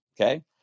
Okay